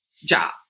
job